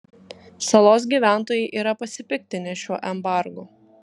salos gyventojai yra pasipiktinę šiuo embargu